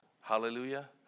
Hallelujah